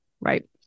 Right